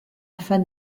afin